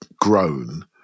grown